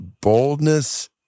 boldness